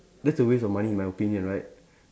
that's a waste of money in my opinion right